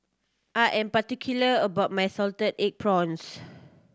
I am particular about my salted egg prawns